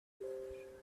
grow